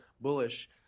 bullish